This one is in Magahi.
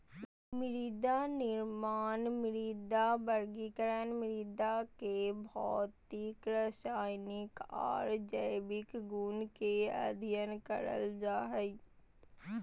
मृदानिर्माण, मृदा वर्गीकरण, मृदा के भौतिक, रसायनिक आर जैविक गुण के अध्ययन करल जा हई